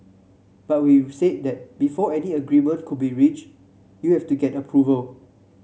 but we will say that before any agreement could be reached you have to get approval